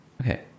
Okay